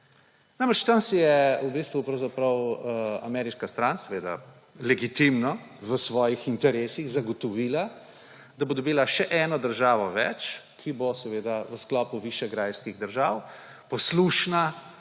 Namreč tam si je v bistvu ameriška stran, seveda legitimno v svojih interesih, zagotovila, da bo dobila še eno državo več, ki bo v sklopu višegrajskih držav poslušna.